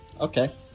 okay